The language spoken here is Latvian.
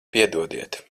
piedodiet